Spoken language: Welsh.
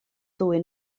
ddwy